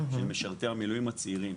משרתי המילואים הצעירים.